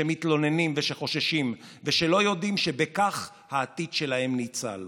שמתלוננים ושחוששים ושלא יודעים שבכך העתיד שלהם ניצל.